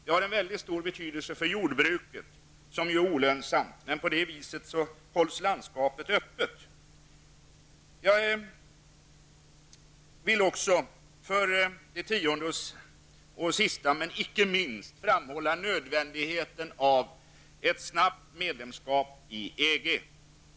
Det har mycket stor betydelse för jordbruket, som ju är olönsamt men som gör att landskapet hålls öppet. För det tionde vill jag, sist men icke minst, framhålla nödvändigheten av ett snabbt medlemskap i EG.